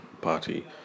party